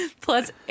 Plus